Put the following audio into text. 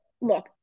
look